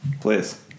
please